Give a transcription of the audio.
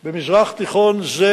במזרח תיכון זה,